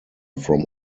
from